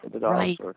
Right